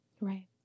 Right